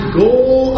goal